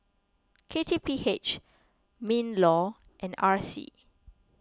K T P H MinLaw and R C